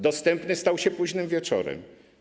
Dostępny stał się późnym wieczorem.